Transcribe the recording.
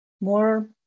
more